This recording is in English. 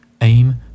Aim